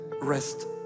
rest